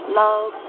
love